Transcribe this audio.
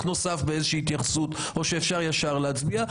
נוסף באיזושהי התייחסות או שאפשר ישר להצביע,